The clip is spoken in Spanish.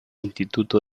instituto